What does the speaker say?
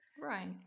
Right